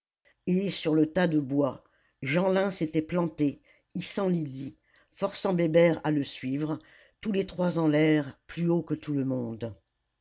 et sur le tas de bois jeanlin s'était planté hissant lydie forçant bébert à le suivre tous les trois en l'air plus haut que tout le monde